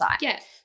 Yes